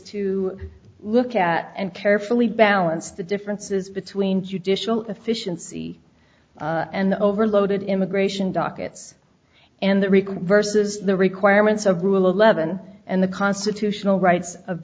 to look at and carefully balance the differences between judicial efficiency and overloaded immigration dockets and the record versus the requirements of rule eleven and the constitutional rights of